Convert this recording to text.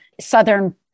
southern